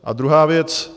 A druhá věc.